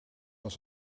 was